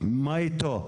מה איתו ?